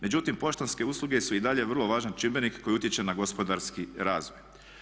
Međutim, poštanske usluge su i dalje vrlo važan čimbenik koji utječe na gospodarski razvoj.